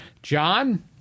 John